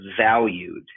valued